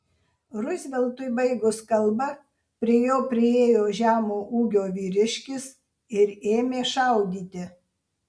ruzveltui baigus kalbą prie jo priėjo žemo ūgio vyriškis ir ėmė šaudyti